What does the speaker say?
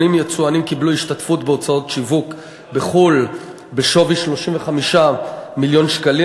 80 יצואנים קיבלו השתתפות בהוצאות שיווק בחו"ל בשווי 35 מיליון שקלים.